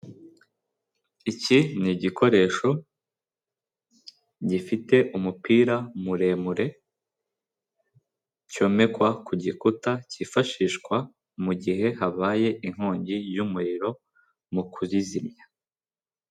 Iki ni igikoresho gifite umupira muremure cyomekwa ku gikuta cyifashishwa mu gihe habaye inkongi y'umuriro mu kuyizimya.